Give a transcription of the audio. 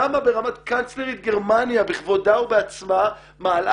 שם קאנצלרית גרמניה בכבודה ובעצמה מעלה